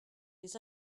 les